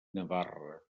navarra